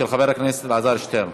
של חבר הכנסת אלעזר שטרן.